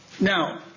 Now